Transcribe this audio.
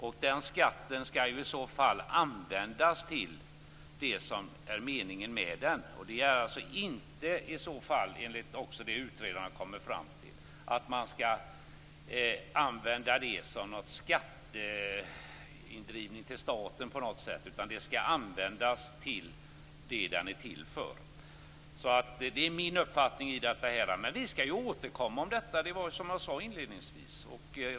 Och den skatten skall i så fall användas till det som är meningen med den. Den skall inte - vilket också utredarna har kommit fram till - användas som något slags skatteindrivning till staten, utan den skall användas till det den är till för. Det är min uppfattning i den här frågan. Men vi skall återkomma om detta, som jag sade inledningsvis.